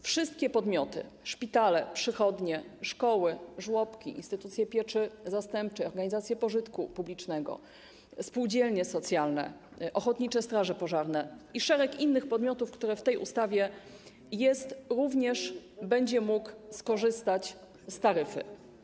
Wszystkie podmioty: szpitale, przychodnie, szkoły, żłobki, instytucje pieczy zastępczej, organizacje pożytku publicznego, spółdzielnie socjalne, ochotnicze straże pożarne i szereg innych podmiotów, które w tej ustawie również są, będą mogły skorzystać z taryfy.